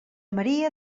maria